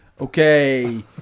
Okay